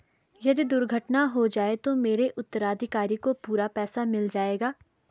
यदि दुर्घटना हो जाये तो मेरे उत्तराधिकारी को पूरा पैसा मिल जाएगा?